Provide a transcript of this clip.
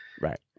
right